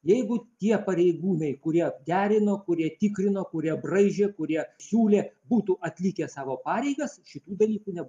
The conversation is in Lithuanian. jeigu tie pareigūnai kurie derino kurie tikrino kurie braižė kurie siūlė būtų atlikę savo pareigas šių dalykų nebūt